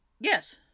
Yes